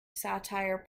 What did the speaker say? satire